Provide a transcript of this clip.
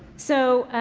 so,